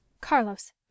Carlos